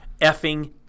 effing